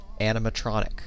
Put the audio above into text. animatronic